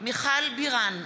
מיכל בירן,